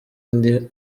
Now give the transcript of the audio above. indi